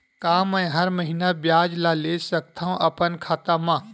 का मैं हर महीना ब्याज ला ले सकथव अपन खाता मा?